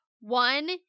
One